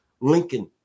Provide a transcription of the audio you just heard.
Lincoln